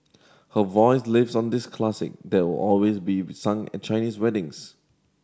her voice lives on in this classing that will always be be sung Chinese weddings